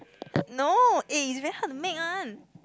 no eh it's very hard to make [one]